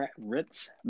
Ritz